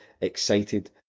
excited